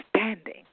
understanding